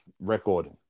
record